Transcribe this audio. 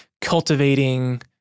cultivating